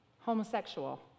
Homosexual